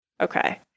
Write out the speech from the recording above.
Okay